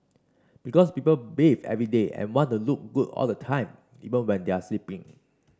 because people bath every day and want to look good all the time even when they are sleeping